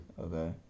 Okay